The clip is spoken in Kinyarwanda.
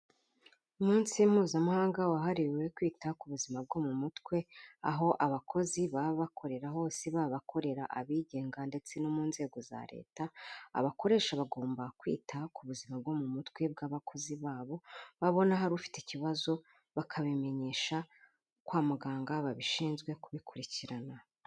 Umunsi mpuzamahanga wahariwe kwita ku buzima bwo mu mutwe, aho abakozi baba bakorera hose, baba bakorera abigenga ndetse no mu nzego za leta, abakoresha bagomba kwita ku buzima bwo mu mutwe bw'abakozi babo, babona harufite ikibazo bakabimenyesha kwa muganga babishinzwe kubikurikirana.